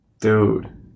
Dude